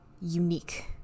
unique